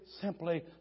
simply